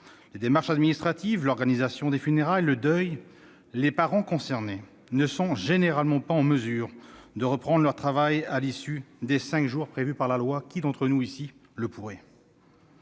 les démarches administratives, l'organisation des funérailles, le deuil, les parents concernés ne sont généralement pas en mesure de reprendre leur travail à l'issue des cinq jours prévus par la loi. Mes chers collègues,